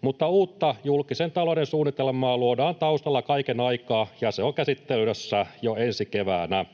Mutta uutta julkisen talouden suunnitelmaa luodaan taustalla kaiken aikaa, ja se on käsittelyssä jo ensi keväänä.